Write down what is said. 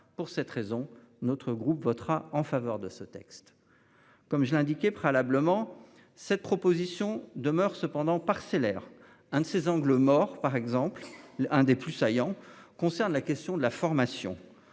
pour cette raison, notre groupe votera en faveur de ce texte. Comme je l'indiquais préalablement cette proposition demeure cependant parcellaires. Un de ses angles morts. Par exemple l'un des plus saillant concerne la question de la formation,